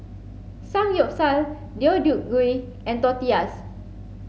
Samgyeopsal Deodeok Gui and Tortillas